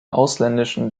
ausländischen